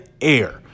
air